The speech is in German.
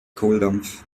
kohldampf